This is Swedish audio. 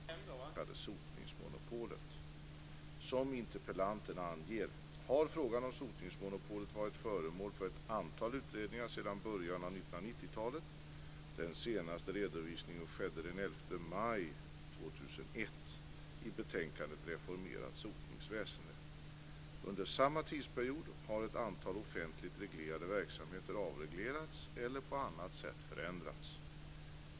Fru talman! Gunnel Wallin har frågat mig vilka åtgärder jag avser att vidta för att fastighetsägarna inte ska behöva bekosta den del av sotningen som avser rengöring av imkanaler i bostadskök samt om regeringen avser att avveckla det s.k. sotningsmonopolet. Som interpellanten anger har frågan om sotningsmonopolet varit föremål för ett antal utredningar sedan början av 1990-talet, den senaste redovisningen skedde den 11 maj 2001 i betänkandet Reformerat sotningsväsende . Under samma tidsperiod har ett antal offentligt reglerade verksamheter avreglerats eller på annat sätt förändrats.